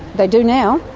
they do now,